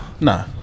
no